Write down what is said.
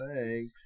thanks